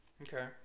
okay